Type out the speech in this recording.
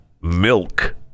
milk